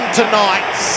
tonight